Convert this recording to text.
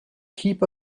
heap